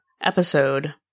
episode